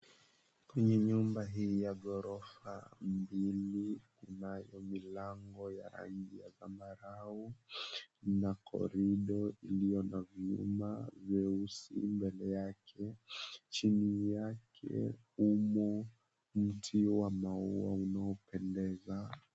Kwenye nyumba hii ya ghorofa mbili inayo mílango ya rangi ya zambarao na korido iliyo na vyuma vyeusi mbele yake chini yake umo mtii wa maua unao pendeza.